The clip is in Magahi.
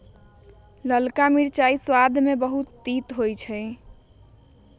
ललका मिरचाइ सबाद में बहुते तित होइ छइ